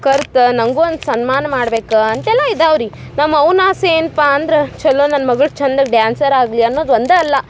ಕರ್ದ ನನ್ನಗು ಒಂದು ಸನ್ಮಾನ ಮಾಡ್ಬೇಕು ಅಂತೆಲ್ಲ ಇದಾವೆ ರೀ ನಮ್ಮವ್ವನ ಆಸೆ ಎನ್ಪ ಅಂದ್ರ ಛಲೋ ನನ್ನ ಮಗ್ಳು ಚಂದಗೆ ಡ್ಯಾನ್ಸರ್ ಆಗಲಿ ಅನ್ನೋದು ಒಂದೆ ಅಲ್ಲ